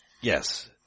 Yes